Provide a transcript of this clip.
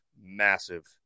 massive